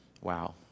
Wow